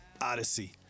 Odyssey